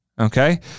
Okay